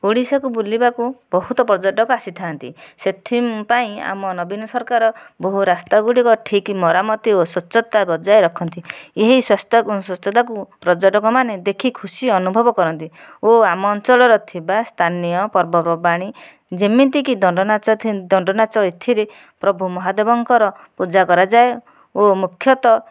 ଓଡ଼ିଶାକୁ ବୁଲିବାକୁ ବହୁତ ପର୍ଯ୍ୟଟକ ଆସିଥାନ୍ତି ସେଇଥିପାଇଁ ଆମ ନବୀନ ସରକାର ବହୁ ରାସ୍ତା ଗୁଡ଼ିକ ଠିକ ମରାମତି ଓ ସ୍ୱଚ୍ଛତା ବଜାୟ ରଖନ୍ତି ଏହି ସ୍ଵସ୍ଥ ସ୍ୱଚ୍ଛତାକୁ ପର୍ଯ୍ୟଟକମାନେ ଦେଖି ଖୁସି ଅନୁଭବ କରନ୍ତି ଓ ଆମ ଅଞ୍ଚଳର ଥିବା ସ୍ଥାନୀୟ ପର୍ବପର୍ବାଣି ଯେମିତିକି ଦଣ୍ଡନାଚ ଥେ ଦଣ୍ଡନାଚ ଏଥିରେ ପ୍ରଭୁ ମହାଦେବଙ୍କର ପୂଜା କରାଯାଏ ଓ ମୁଖ୍ୟତଃ